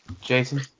Jason